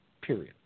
period